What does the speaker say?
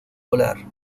volar